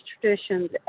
traditions